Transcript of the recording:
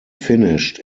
finished